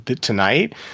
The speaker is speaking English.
tonight